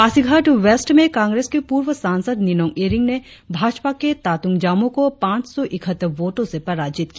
Pasighat west में कांग्रेस के पूर्व सांसद निनोंग ईरिंग ने भाजपा के तातुंग जामोह को पांच सौ इकहत्तर वोटों से पराजित किया